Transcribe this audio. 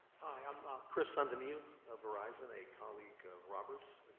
hi, i'm ah chris and of you know verizon, a colleague of robert's.